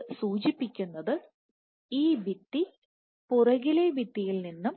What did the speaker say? ഇത് സൂചിപ്പിക്കുന്നത് ഈ ഭിത്തി പുറകിലെ ഭിത്തിയിൽ നിന്നും